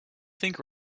think